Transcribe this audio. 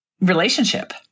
relationship